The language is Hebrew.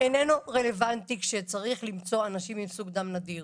איננו רלוונטי כשצריך למצוא אנשים עם סוג דם נדיר,